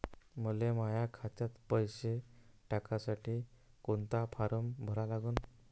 मले माह्या खात्यात पैसे टाकासाठी कोंता फारम भरा लागन?